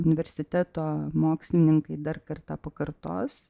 universiteto mokslininkai dar kartą pakartos